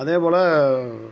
அதேபோல்